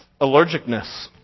allergicness